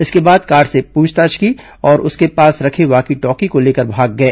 इसके बाद गार्ड से पूछताछ की और उसके पास रखे वॉकी टॉकी को लेकर भाग गए